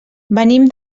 venim